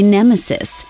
Nemesis